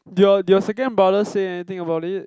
do your do your second brother say anything about it